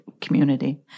community